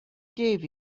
gave